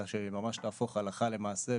אלא שממש תהפוך הלכה למעשה,